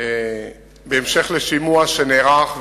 בהמשך לשימוע שנערך,